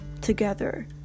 together